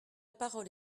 parole